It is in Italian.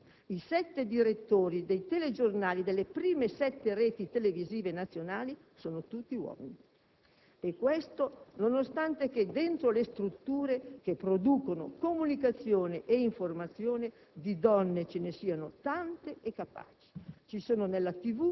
è la conseguenza. I sette direttori dei telegiornali delle prime sette reti televisive nazionali sono tutti uomini, e questo nonostante che dentro le strutture che producono comunicazione e informazione di donne ve ne siano tante e capaci.